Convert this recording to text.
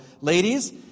ladies